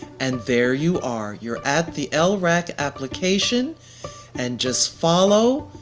and there you are, you're at the lrac application and just follow,